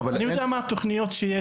לא מה הסכום לתוכניות.